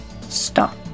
stop